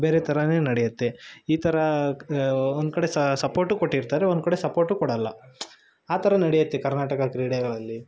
ಬೇರೆ ಥರವೇ ನಡೆಯುತ್ತೆ ಈ ಥರ ಕ್ ಒಂದು ಕಡೆ ಸ ಸಪೋರ್ಟೂ ಕೊಟ್ಟಿರ್ತಾರೆ ಒಂದು ಕಡೆ ಸಪೋರ್ಟೂ ಕೊಡಲ್ಲ ಆ ಥರ ನೆಡ್ಯುತ್ತೆ ಕರ್ನಾಟಕ ಕ್ರೀಡೆಗಳಲ್ಲಿ